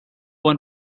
one